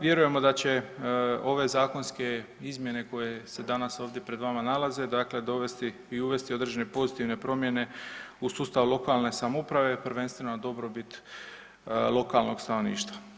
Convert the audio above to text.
Vjerujemo da će ove zakonske izmjene koje se danas pred vama nalaze dovesti i uvesti određene pozitivne promjene u sustavu lokalne samouprave, prvenstveno na dobrobit lokanog stanovništva.